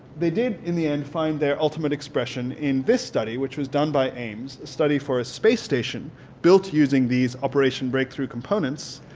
they did in the end find their ultimate expression in this study which was done by ames, a study for a space station built using these operation breakthrough components